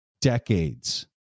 decades